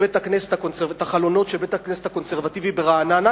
החלונות של בית-הכנסת הקונסרבטיבי ברעננה,